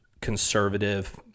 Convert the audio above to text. conservative